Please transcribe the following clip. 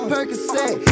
Percocet